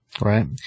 Right